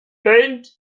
faint